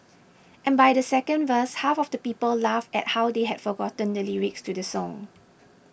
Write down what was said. and by the second verse half of the people laughed at how they have forgotten the lyrics to the song